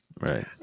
Right